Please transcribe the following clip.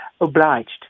obliged